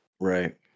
Right